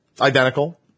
identical